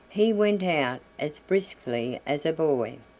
he went out as briskly as a boy.